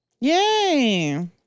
Yay